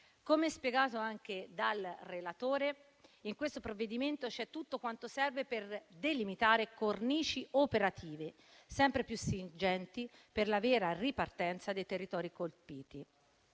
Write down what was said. Come spiegato anche dal relatore, in questo provvedimento c'è tutto quanto serve per delimitare cornici operative sempre più stringenti per la vera ripartenza dei territori colpiti,